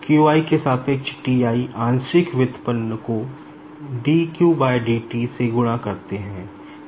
q j के सापेक्ष T i आंशिक व्युत्पन्न को dqdt से गुणा करते है